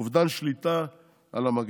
אובדן שליטה על המגפה,